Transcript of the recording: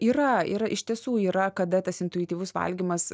yra yra iš tiesų yra kada tas intuityvus valgymas